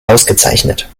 ausgezeichnet